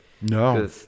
No